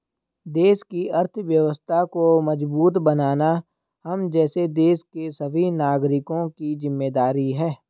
देश की अर्थव्यवस्था को मजबूत बनाना हम जैसे देश के सभी नागरिकों की जिम्मेदारी है